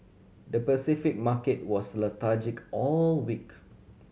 the Pacific market was lethargic all week